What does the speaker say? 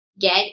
get